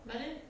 but then